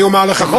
אני אומר לך משהו,